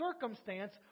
circumstance